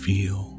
Feel